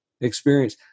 experience